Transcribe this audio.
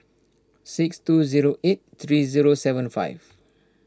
six two zero eight three zero seven five